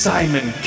Simon